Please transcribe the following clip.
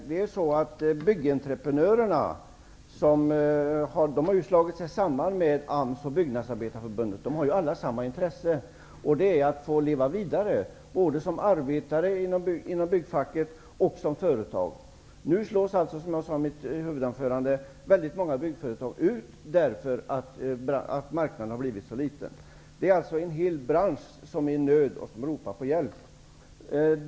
Herr talman! Byggentreprenörerna har slagit sig samman med AMS och Byggnadsarbetareförbundet. De har alla samma intresse, och det är att få leva vidare, både som arbetare inom byggfacket och som företag. Nu slås, som jag sade i mitt huvudanförande, väldigt många byggföretag ut därför att marknaden har blivit så liten. Det är alltså en hel bransch som är i nöd och ropar på hjälp.